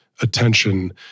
attention